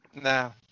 No